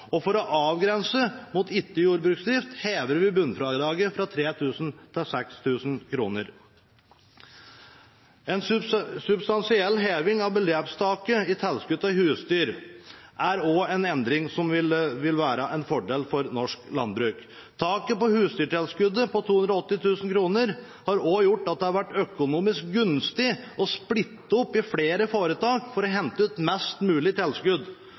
kr. For å avgrense mot ikke-jordbruksdrift hever vi bunnfradraget fra 3 000 kr til 6 000 kr. En substansiell heving av beløpstaket for tilskudd til husdyr er også en endring som vil være en fordel for norsk landbruk. Taket på husdyrtilskuddet på 280 000 kr har også gjort at det har vært økonomisk gunstig å splitte opp i flere foretak for å hente ut mest mulig tilskudd.